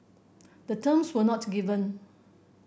the terms were not given